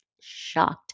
shocked